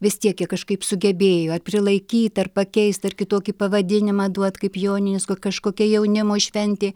vis tiek jie kažkaip sugebėjo ar prilaikyt ar pakeist ar kitokį pavadinimą duot kaip joninės ko kažkokia jaunimo šventė